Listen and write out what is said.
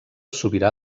sobirà